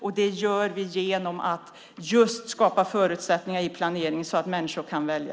Det gör vi genom att skapa förutsättningar i planeringen så att människor kan välja.